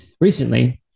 Recently